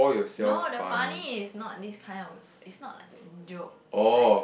no the funny is not this kind of is not like joke is like